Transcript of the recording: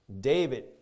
David